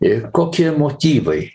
ir kokie motyvai